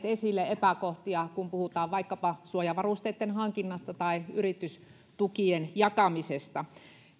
esille epäkohtia kun puhutaan vaikkapa suojavarusteitten hankinnasta tai yritystukien jakamisesta